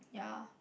ya